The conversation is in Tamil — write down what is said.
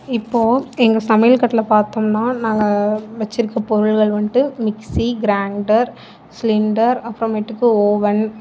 இப்போது எங்கள் சமையல் கட்டில் பார்த்தோம்னா நாங்கள் வச்சிருக்கிற பொருட்கள் வந்துட்டு மிக்சி கிரைண்டர் சிலிண்டர் அப்றமேட்டுக்கு ஓவன்